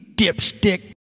dipstick